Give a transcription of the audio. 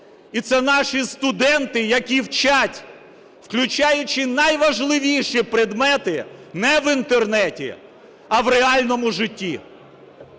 і це наші студенти, які вчать, включаючи найважливіші предмети, не в Інтернеті, а в реальному житті.